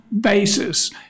basis